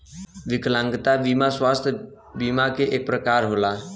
विकलागंता बिमा स्वास्थ बिमा के एक परकार होला